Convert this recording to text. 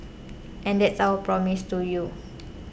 and that's our promise to you